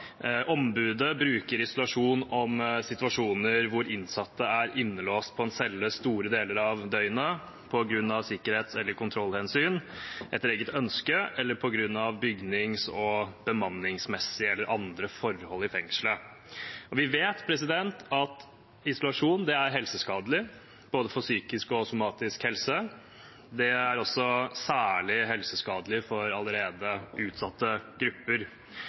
Ombudet bruker isolasjon om situasjoner der innsatte er innelåst på en celle store deler av døgnet på grunn av sikkerhets- eller kontrollhensyn, etter eget ønske, bygnings- og bemanningsmessige forhold eller andre forhold i fengslet. Vi vet at isolasjon er helseskadelig for både psykisk og somatisk helse. Det er også særlig helseskadelig for allerede utsatte grupper.